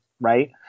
right